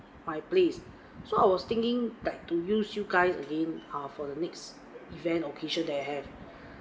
my place so I was thinking like to use you guys again uh for the next event occasion that I have